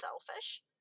selfish